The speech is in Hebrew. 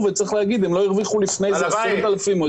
וצריך להגיד שהם לא הרוויחו לפני זה סכומים גדולים.